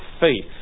faith